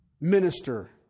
minister